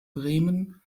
bremen